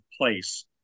place